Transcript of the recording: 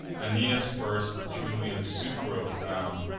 aeneas first rutulian sucro found,